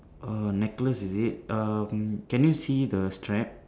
err necklace is it um can you see the strap